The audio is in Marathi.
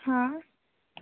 हां